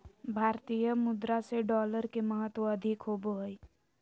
भारतीय मुद्रा से डॉलर के महत्व अधिक होबो हइ